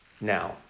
now